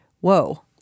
Whoa